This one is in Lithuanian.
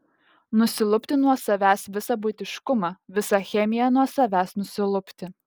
nusilupti nuo savęs visą buitiškumą visą chemiją nuo savęs nusilupti